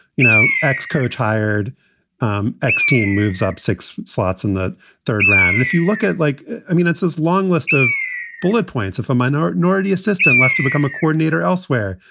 you know, x coach hired um x team moves up six slots in the third round. and if you look at like i mean, it's this long list of bullet points if a minor naughty assistant left to become a coordinator elsewhere,